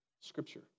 Scripture